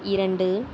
இரண்டு